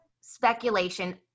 speculation